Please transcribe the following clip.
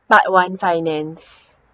part one finance